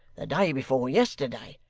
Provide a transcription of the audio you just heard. the day before yesterday,